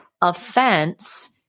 offense